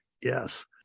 Yes